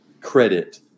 credit